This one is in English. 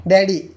Daddy